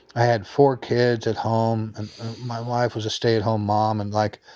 i had four kids at home and my wife was a stay at home mom. and like,